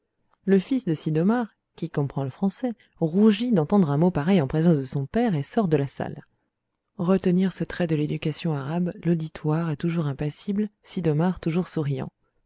le fils de sid'omar qui comprend le français rougit d'entendre un mot pareil en présence de son père et sort de la salle retenir ce trait de l'éducation arabe l'auditoire est toujours impassible sid'omar toujours souriant